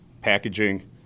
packaging